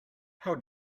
how